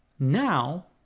now,